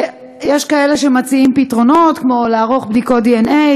יש כאלה שמציעים פתרונות כמו לערוך בדיקות דנ"א,